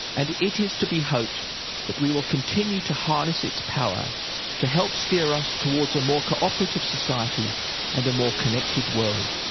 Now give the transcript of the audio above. and it is to be hoped that we will continue to harness its power to help steer us towards a more cooperative society and a more connected world.